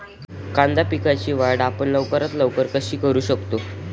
कांदा पिकाची वाढ आपण लवकरात लवकर कशी करू शकतो?